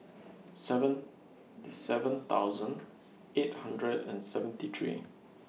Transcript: seven seven thousand eight hundred and seventy three